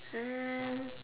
um